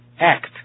act